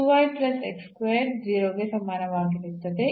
ಅಂದರೆ 0 ಗೆ ಸಮಾನವಾಗಿರುತ್ತದೆ